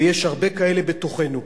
ויש הרבה כאלה בתוכנו.